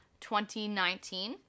2019